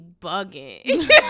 bugging